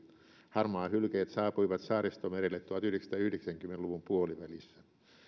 harmaahylkeet saapuivat saaristomerelle tuhatyhdeksänsataayhdeksänkymmentä luvun puolivälissä